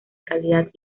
cálidas